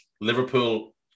Liverpool